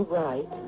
right